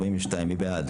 מי בעד